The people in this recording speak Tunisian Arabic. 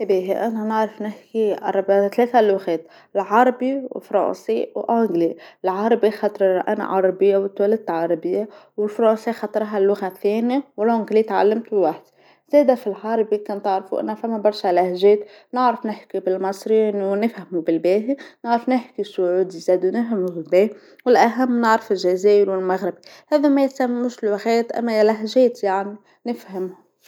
الباهى أنا نعرف نحكي عربا ثلاثا لغات العربى وفرنسا واونجلا، االعربى خاطر أنا عربية وتولدت عربية والفرنسا خاطرها اللغة الثانية والأونجلا تعلمه لوحدي، زادا ف العربى كن تعرفوا أما ثم برشا لهجات نعرف نحكي بالمصري ونفهمو بالباهي نعرف نكحي سعودي زاد ونفهموا بالباهي والأهم نعرف الجزاير والمغرب. هذا ما يسمىوش لغات أما لهجات يعنى نفهم.